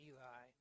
Eli